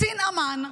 קצין אמ"ן,